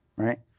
right?